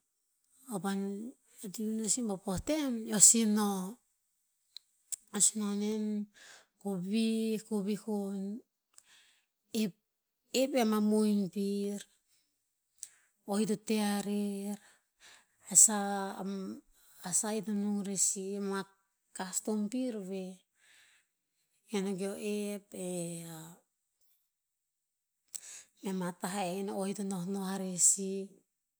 O van, ti iuh no sih ba po tem, eo sih no. Eo sih no nen ko vi'ih, ko vi'ih koh ep- ep veh ama mohin pir, o'ii to teh arer, a sa a sai to nung rer sih, moa custom vir veh. Keo no go ep, mea ma tah enn o to noh noh a rer sih.